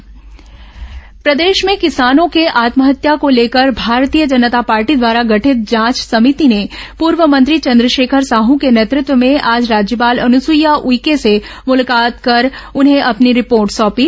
भाजपा समिति राज्यपाल ज्ञापन प्रदेश में किसानों के आत्महत्या को लेकर भारतीय जनता पार्टी द्वारा गठित जांच समिति ने पूर्व मंत्री चंद्रशेखर साह के नेतत्व में आज राज्यपाल अनुसईया उइके से मुलाकात कर उन्हें अपनी रिपोर्ट सौंपी